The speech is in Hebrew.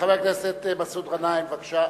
חבר הכנסת מסעוד גנאים, בבקשה.